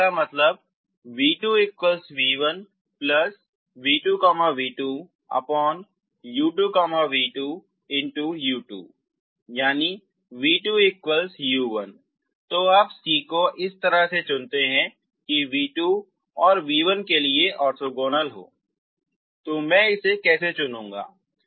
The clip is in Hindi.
तो इसका मतलब है की v2v1v2v2u2v2 u2 v2u1 तो आप c को इस तरह से चुनते हैं कि v2 v1 के लिए ऑर्थोगोनल है तो मैं इसे कैसे चुनूंगा